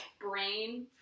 brain